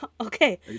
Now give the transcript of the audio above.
Okay